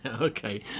Okay